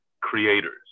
creators